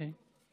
אוקיי.